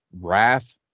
wrath